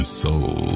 soul